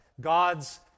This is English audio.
God's